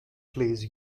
please